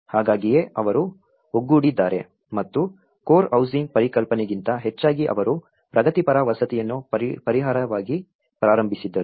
ಹಾಗಾಗಿಯೇ ಅವರು ಒಗ್ಗೂಡಿದ್ದಾರೆ ಮತ್ತು ಕೋರ್ ಹೌಸಿಂಗ್ ಪರಿಕಲ್ಪನೆಗಿಂತ ಹೆಚ್ಚಾಗಿ ಅವರು ಪ್ರಗತಿಪರ ವಸತಿಯನ್ನು ಪರಿಹಾರವಾಗಿ ಪ್ರಾರಂಭಿಸಿದರು